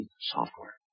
software